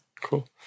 cool